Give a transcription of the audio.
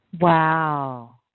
Wow